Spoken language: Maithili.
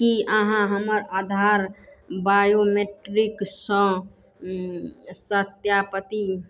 की अहाँ हमर आधार बायोमेट्रिक्ससँ सत्यापति